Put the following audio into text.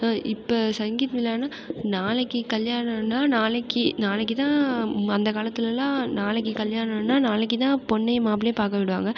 இப்போ சங்கித் விழான்னா நாளைக்கு கல்யாணோன்னா நாளைக்கு நாளைக்குதான் அந்த காலத்திலலாம் நாளைக்கு கல்யாணோன்னா நாளைக்குதான் பொண்ணையும் மாப்பிளையும் பார்க்க விடுவாங்க